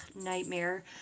nightmare